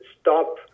stop